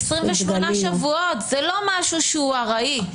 28 שבועות זה לא משהו שהוא ארעי,